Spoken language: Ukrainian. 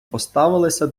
поставилися